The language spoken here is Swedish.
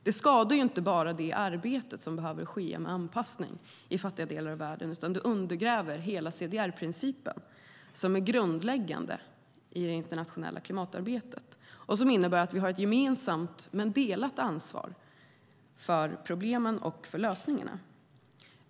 Det skadar inte bara det arbete med anpassning i fattiga delar av världen som behöver ske utan undergräver hela CDR-principen, som är grundläggande i det internationella klimatarbetet och innebär att vi har ett gemensamt, delat ansvar för problemen och lösningarna.